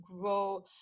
grow